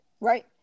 right